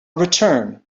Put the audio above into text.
return